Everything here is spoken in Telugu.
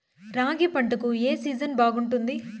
రాగి పంటకు, ఏ సీజన్ బాగుంటుంది?